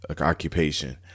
occupation